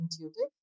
intuitive